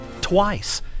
twice